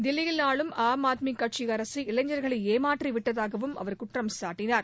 தில்லியில் ஆளும் ஆத்மி கட்சி அரக இளைஞர்களை ஏமாற்றி விட்டதாகவும் அவர் குற்றம் சாட்டினார்